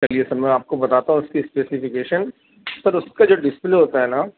چلیے سر میں آپ کو بتاتا ہوں اس کی اسپیفیکیشن اس کا جو اس کا جو ڈسپلے ہوتا ہے نا